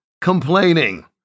complaining